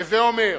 הווי אומר,